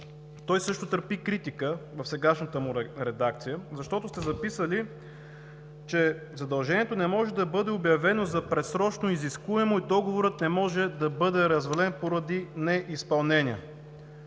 също търпи критика в сегашната му редакция, защото сте записали, че „задължението не може да бъде обявено за предсрочно изискуемо и договорът не може да бъде развален поради неизпълнение“.